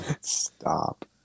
Stop